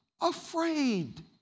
afraid